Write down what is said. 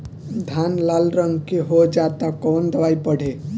धान लाल रंग के हो जाता कवन दवाई पढ़े?